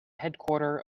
headquarter